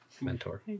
Mentor